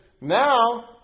now